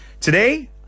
Today